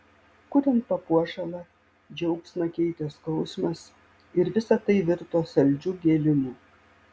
kuriant papuošalą džiaugsmą keitė skausmas ir visa tai virto saldžiu gėlimu